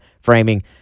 framing